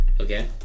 Okay